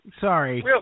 Sorry